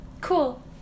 cool